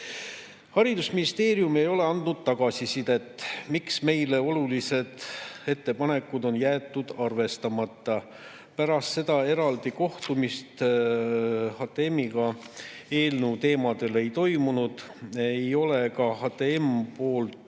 Haridusministeerium ei ole andnud tagasisidet, miks meile olulised ettepanekud on jäetud arvestamata. Pärast seda eraldi kohtumist HTM-iga eelnõu teemadel ei ole toimunud. Ei ole ka HTM-i